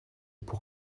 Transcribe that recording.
pour